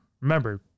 Remember